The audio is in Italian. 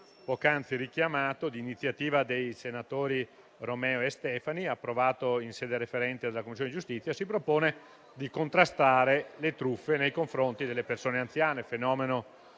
poc'anzi richiamato, di iniziativa dei senatori Romeo e Stefani, approvato in sede referente dalla Commissione giustizia, si propone di contrastare le truffe nei confronti delle persone anziane, fenomeno